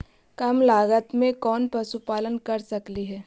कम लागत में कौन पशुपालन कर सकली हे?